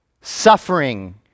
suffering